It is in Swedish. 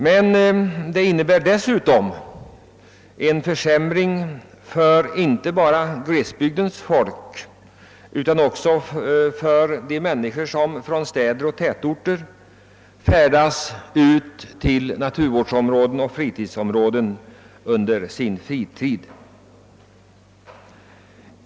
Men det innebär dessutom en försämring inte bara för glesbygdens folk utan också för de människor från städer och tätorter som under sin fritid färdas ut till naturvårdsområden och fritidsområden.